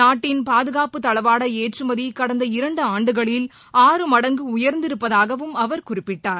நாட்டின் பாதுகாப்பு தளவாட ஏற்றுமதி கடந்த இரண்டு ஆண்டுகளில் ஆறு மடங்கு உயர்ந்திருப்பதாகவும் அவர் குறிப்பிட்டார்